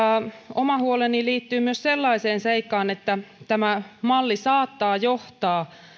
oma huoleni liittyy myös sellaiseen seikkaan että tämä malli saattaa johtaa